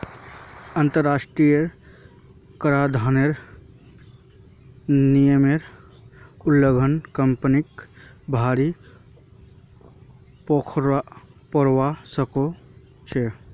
अंतरराष्ट्रीय कराधानेर नियमेर उल्लंघन कंपनीक भररी पोरवा सकछेक